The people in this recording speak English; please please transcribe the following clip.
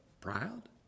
proud